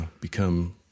become—